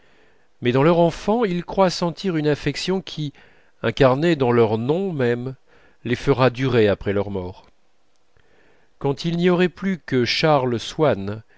mais dans leur enfant ils croient sentir une affection qui incarnée dans leur nom même les fera durer après leur mort quand il n'y aurait plus de charles swann